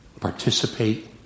participate